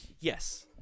yes